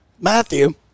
Matthew